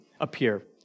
appear